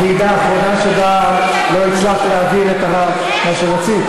הוועידה האחרונה שבה לא הצלחת להעביר את מה שרצית?